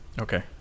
Okay